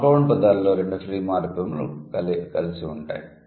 compound పదాలలో రెండు free మార్ఫిమ్లు కలిసి ఉంటాయి